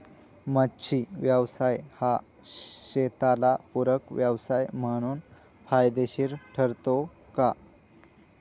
मच्छी व्यवसाय हा शेताला पूरक व्यवसाय म्हणून फायदेशीर ठरु शकतो का?